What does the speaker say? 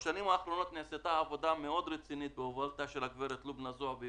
בשנים האחרונות נעשתה עבודה מאוד רצינית בהובלתה של הגברת לובנא זועבי